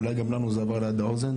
אולי גם לנו זה עבר ליד האוזן,